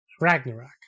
ragnarok